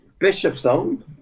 Bishopstone